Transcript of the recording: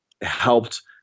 helped